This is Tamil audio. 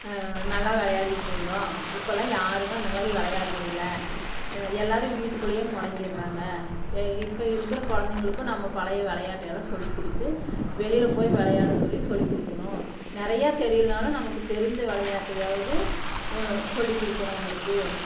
நல்லா விளையாடிகிட்டு இருந்தோம் இப்போலாம் யாரும் அந்தமாதிரி விளையாடுறது இல்லை எல்லோரும் வீட்டுக்குள்ளேயே முடங்கிடுறாங்க இப்போ இருக்கிற குழந்தைங்களுக்கும் நம்ம பழைய விளையாட்டு எல்லாம் சொல்லிக் கொடுத்து வெளியில் போய் விளையாட சொல்லி சொல்லிக் கொடுக்கணும் நிறைய தெரியலைனாலும் நமக்கு தெரிஞ்ச விளையாட்டையாவது சொல்லிக் கொடுக்கணும் அவங்களுக்கு